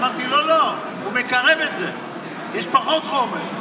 אמרתי: לא, לא, הוא מקרב את זה, יש פחות חומר.